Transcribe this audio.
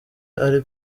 ari